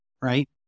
right